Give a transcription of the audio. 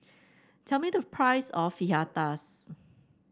tell me the price of Fajitas